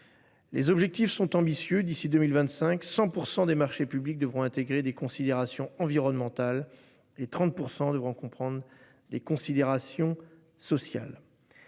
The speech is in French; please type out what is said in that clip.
Les objectifs sont ambitieux, d'ici 2025 100 % des marchés publics devront intégrer des considérations environnementales et 30% devront comprendre des considérations sociales.